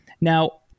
Now